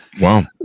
Wow